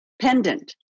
pendant